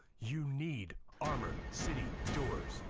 you need armor city doors.